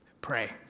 Pray